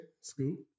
Scoop